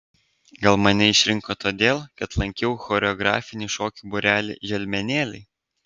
gal mane išrinko todėl kad lankiau choreografinį šokių būrelį želmenėliai